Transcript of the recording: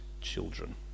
children